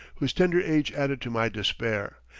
whose tender age added to my despair,